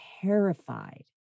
terrified